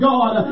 God